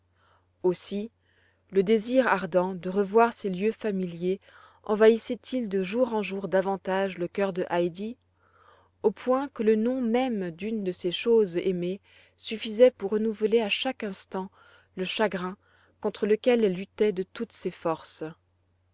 aussi le désir ardent de revoir ces lieux familiers envahissait il de jour en jour davantage le cœur de heidi au point que le nom même d'une de ces choses aimées suffisait pour renouveler à chaque instant le chagrin contre lequel elle luttait de toutes ses forces